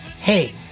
Hey